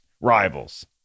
rivals